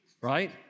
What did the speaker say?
right